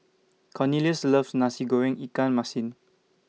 Cornelius loves Nasi Goreng Ikan Masin